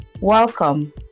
Welcome